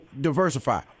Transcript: diversify